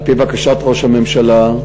על-פי בקשת ראש הממשלה,